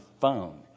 phone